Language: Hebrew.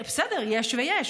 יש ויש.